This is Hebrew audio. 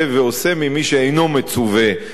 ממי שאינו מצווה ועושה".